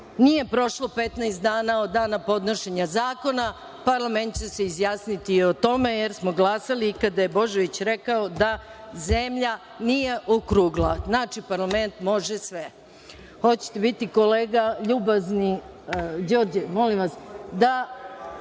nije prošlo 15 dana od dana podnošenja zakona, parlament će se izjasniti i o tome jer smo glasali i kada je Božović rekao da zemlja nije okrugla. Znači, parlament može